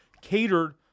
catered